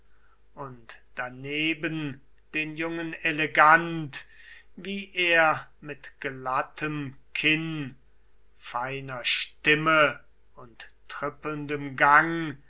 und daneben den jungen elegant wie er mit glattem kinn feiner stimme und trippelndem gang